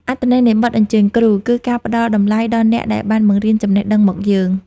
អត្ថន័យនៃបទអញ្ជើញគ្រូ គឺការផ្ដល់តម្លៃដល់អ្នកដែលបានបង្រៀនចំណេះដឹងមកយើង។